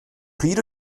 pryd